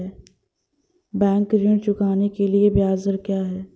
Bank ऋण चुकाने के लिए ब्याज दर क्या है?